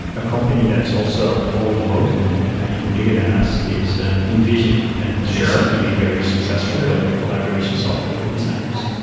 a company that's also all remote and even bigger than us is envison, and they seem to be very successful with their collaboration software for designers.